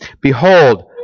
Behold